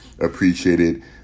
appreciated